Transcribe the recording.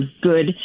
good